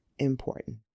important